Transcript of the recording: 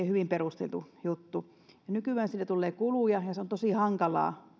hyvin perusteltu juttu nykyään siitä tulee kuluja ja tämä kellojen siirteleminen on tosi hankalaa